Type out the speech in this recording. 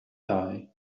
die